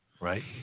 Right